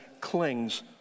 clings